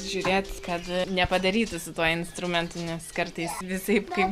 žiūrėt kad nepadarytų su tuo instrumentu nes kartais visaip kaip